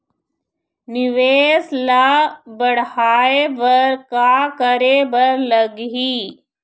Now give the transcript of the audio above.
निवेश ला बड़हाए बर का करे बर लगही?